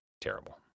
terrible